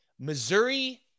Missouri